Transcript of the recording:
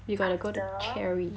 we gotta go to cherry